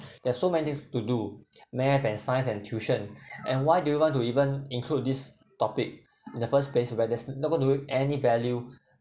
there's so many things to do math and science and tuition and why do you want to even include this topic in the first place where there's not going to any value